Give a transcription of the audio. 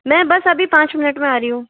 मैं बस अभी पाँच मिनट में आ रही हूँ